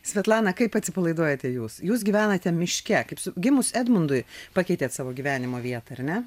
svetlana kaip atsipalaiduojate jūs jūs gyvenate miške kaip su gimus edmundui pakeitėt savo gyvenimo vietą ar ne